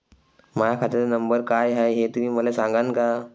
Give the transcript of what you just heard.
माह्या खात्याचा नंबर काय हाय हे तुम्ही मले सागांन का?